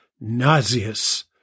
nauseous